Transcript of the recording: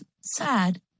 sad